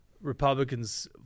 Republicans